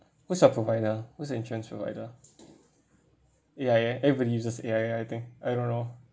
what's your provider whose you insurance provider A_I_A everybody uses A_I_A I think I don't know